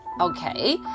Okay